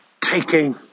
taking